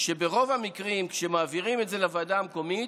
שברוב המקרים, כשמעבירים את זה לוועדה המקומית,